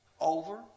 over